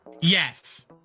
Yes